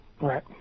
right